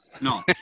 no